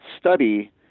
study